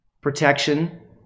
protection